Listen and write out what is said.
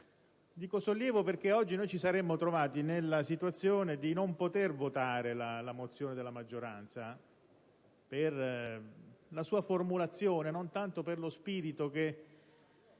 Dico sollievo perché oggi ci saremmo trovati nella situazione di non poter votare la mozione della maggioranza, non tanto per lo spirito, che